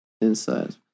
inside